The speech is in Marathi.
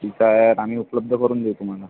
तिच्यात आम्ही उपलब्ध करून देऊ तुम्हाला